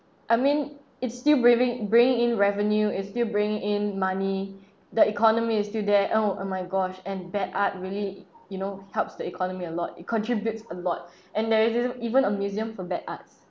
I mean it's still briving bringing in revenue it's still bringing in money the economy is still there oh and my gosh and bad art really you know helps the economy a lot it contributes a lot and there isn't even a museum for bad arts